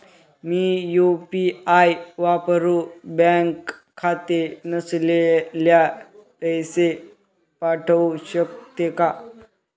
मी UPI वापरुन bank खाते नसलेल्यांना पैसे पाठवू शकते का?